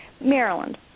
Maryland